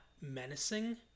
menacing